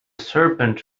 serpent